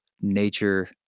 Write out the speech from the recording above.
nature